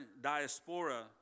diaspora